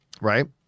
Right